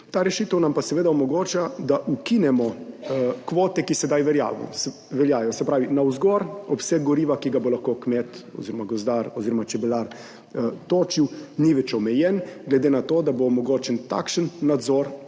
Ta rešitev nam pa seveda omogoča, da ukinemo kvote, ki sedaj veljajo. Navzgor obseg goriva, ki ga bo lahko kmet oziroma gozdar oziroma čebelar točil, ni več omejen, in sicer glede na to, da bo omogočen takšen nadzor,